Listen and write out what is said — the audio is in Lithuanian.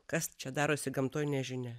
kas čia darosi gamtoj nežinia